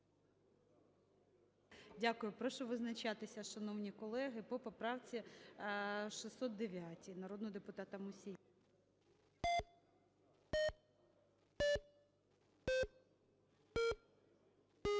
Дякую. Прошу визначатися, шановні колеги, по поправці 609 народного депутата Мусія.